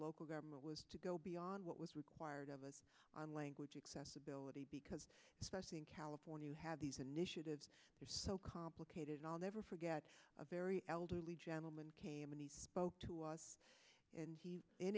local government was to go beyond what was required of us on language accessibility because especially in california you have these initiatives are so complicated and i'll never forget a very elderly gentleman came and spoke to us and he in